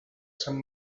sant